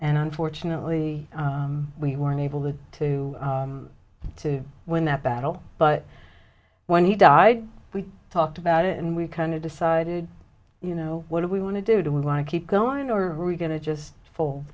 and unfortunately we weren't able to to to win that battle but when he died we talked about it and we kind of decided you know what do we want to do do we want to keep going or are we going to just fall